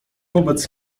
wobec